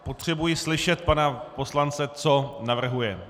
Potřebuji slyšet pana poslance, co navrhuje.